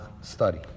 study